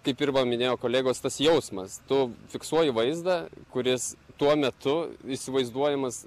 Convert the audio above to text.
kaip ir va minėjo kolegos tas jausmas tu fiksuoji vaizdą kuris tuo metu įsivaizduojamas